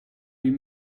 you